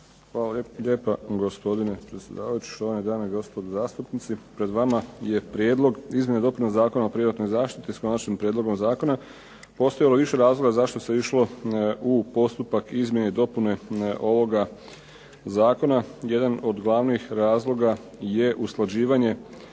Hvala lijepa gospodine predsjedavajući. Štovane dame i gospodo zastupnici. Pred vama je prijedlog izmjene i dopune Zakona o privatnoj zaštiti s konačnim prijedlogom zakona. Postojalo je više razloga zašto se išlo u postupak izmjene i dopune ovoga zakona. Jedan od glavnih razloga je usklađivanje